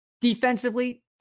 Defensively